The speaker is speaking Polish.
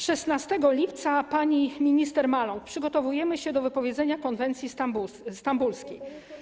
16 lipca pani minister Maląg: przygotowujemy się do wypowiedzenia konwencji stambulskiej.